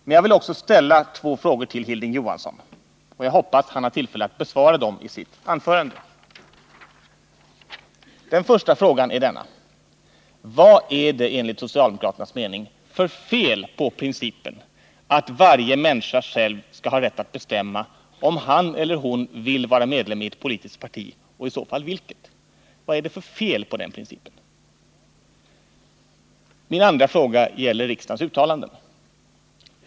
Men jag vill också ställa två frågor till Hilding Johansson — och jag hoppas han har tillfälle att besvara dem i sitt anförande. Den första frågan är denna: Vad är det enligt socialdemokraternas mening för fel på principen att varje människa själv skall ha rätt att bestämma om han eller hon vill vara medlem i ett politiskt parti, och i så fall vilket? Vad är det för fel på den principen? Min andra fråga gäller riksdagens uttalanden.